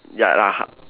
ya like h~